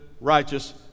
righteous